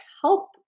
help